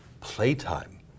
playtime